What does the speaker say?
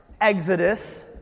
exodus